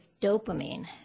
dopamine